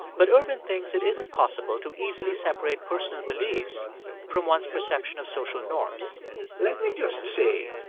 but ervin thinks it isn't possible to easily separate personal beliefs from one's perception of social norms let me just say,